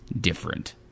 different